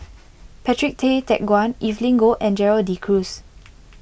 Patrick Tay Teck Guan Evelyn Goh and Gerald De Cruz